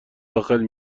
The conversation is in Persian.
داخل